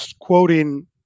quoting